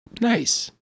Nice